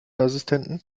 assistenten